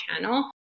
channel